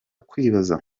kwibaza